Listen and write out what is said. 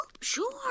Sure